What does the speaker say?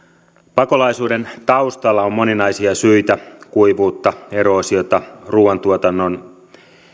pakolaisuuden taustalla on moninaisia syitä kuivuutta eroosiota ruuantuotannon